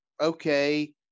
okay